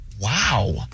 Wow